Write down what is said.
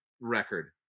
record